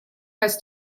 has